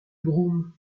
groom